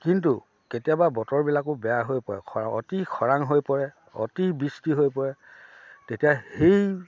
কিন্তু কেতিয়াবা বতৰবিলাকো বেয়া হৈ পৰে খৰা অতি খৰাং হৈ পৰে অতিবৃষ্টি হৈ পৰে তেতিয়া সেই